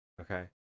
okay